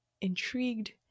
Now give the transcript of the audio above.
intrigued